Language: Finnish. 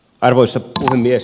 arvoisa puhemies